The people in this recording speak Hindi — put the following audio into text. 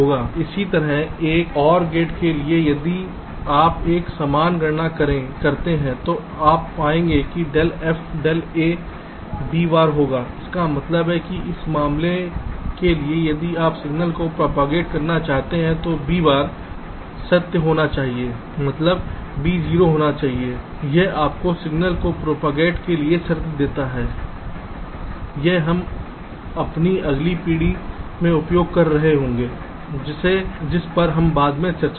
इसी तरह एक OR गेट के लिए इसलिए यदि आप एक समान गणना करते हैं तो आप पाएंगे कि del f del a bb बार होगा जिसका मतलब है कि इस मामले के लिए यदि आप सिग्नल को प्रोपागेट करना चाहते हैं तो bb बार सत्य होना चाहिए मतलब b 0 होना चाहिए यह आपको सिग्नल को प्रोपागेट के लिए शर्त देता है यह हम अपनी अगली विधि में उपयोग कर रहे हैं जिस पर हम बाद में चर्चा करेंगे